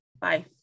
Bye